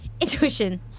Intuition